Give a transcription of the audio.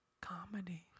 comedy